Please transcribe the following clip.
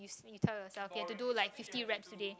you tell yourself to do like fifty wraps today